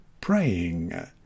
praying